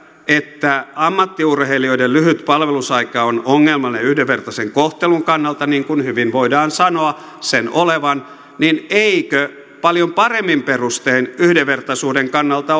että ammattiurheilijoiden lyhyt palvelusaika on ongelmallinen yhdenvertaisen kohtelun kannalta niin kuin hyvin voidaan sanoa sen olevan niin eikö paljon paremmin perustein yhdenvertaisuuden kannalta